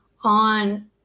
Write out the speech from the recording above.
on